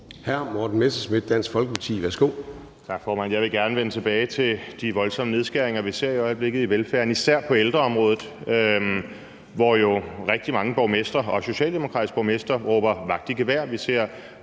09:38 Morten Messerschmidt (DF): Tak, formand. Jeg vil gerne vende tilbage til de voldsomme nedskæringer, vi ser i øjeblikket i velfærden, især på ældreområdet, hvor rigtig mange borgmestre og socialdemokratiske borgmestre jo råber vagt i gevær.